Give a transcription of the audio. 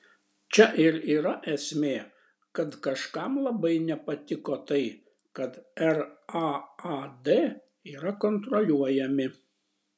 čia ir yra esmė kad kažkam labai nepatiko tai kad raad yra kontroliuojami